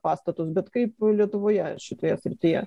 pastatus bet kaip lietuvoje šitoje srityje